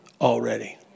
already